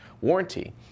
warranty